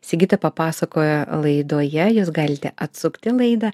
sigita papasakojo laidoje jūs galite atsukti laidą